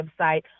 website